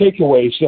takeaways